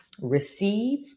receive